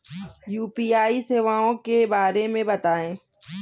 UPI सेवाओं के बारे में बताएँ?